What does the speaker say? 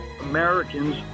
Americans